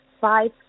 five